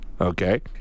Okay